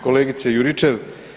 Kolegice Juričev.